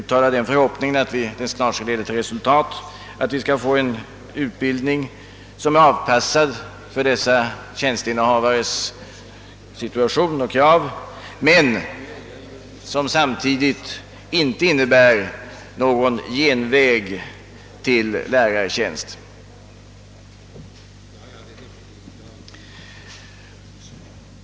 Jag hoppas att den snart skall leda till resultat och att vi får en utbildning som är avpassad för dessa tjänsteinnehavares situation och krav men som samtidigt inte innebär någon genväg till lärartjänst.